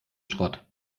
schrott